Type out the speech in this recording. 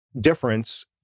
difference